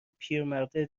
پیرمرده